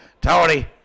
Tony